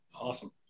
Awesome